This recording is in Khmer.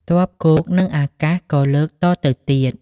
ទ័ពគោកនិងអាកាស ក៏លើកតទៅទៀត ។